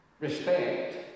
Respect